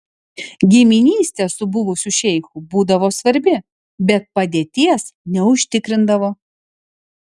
giminystė su buvusiu šeichu būdavo svarbi bet padėties neužtikrindavo